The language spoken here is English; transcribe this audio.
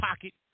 pocket